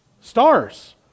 Stars